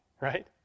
right